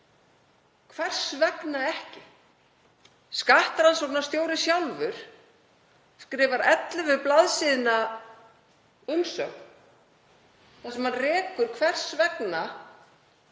hvers vegna ekki? Skattrannsóknarstjóri sjálfur skrifar 11 blaðsíðna umsögn þar sem hann rekur hvers vegna